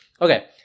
Okay